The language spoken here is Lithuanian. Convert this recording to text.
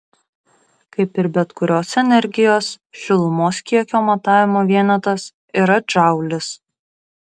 kaip ir bet kurios energijos šilumos kiekio matavimo vienetas yra džaulis